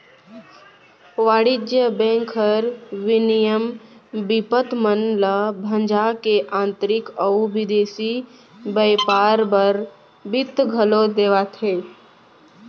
वाणिज्य बेंक हर विनिमय बिपत मन ल भंजा के आंतरिक अउ बिदेसी बैयपार बर बित्त घलौ देवाथे